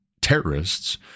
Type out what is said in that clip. terrorists